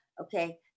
Okay